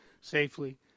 safely